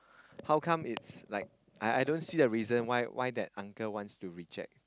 how come is like I don't see the reason why the uncle wants to reject